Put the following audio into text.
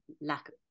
lack